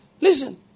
Listen